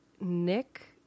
Nick